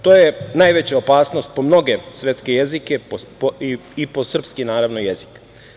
To je najveća opasnost po mnoge svetske jezike i po srpski naravno jezik.